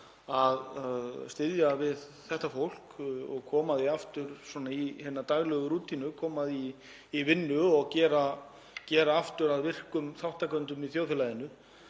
að styðja við þetta fólk og koma því aftur í hina daglegu rútínu, koma því í vinnu og gera það aftur að virkum þátttakendum í þjóðfélaginu.